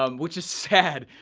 um which is sad.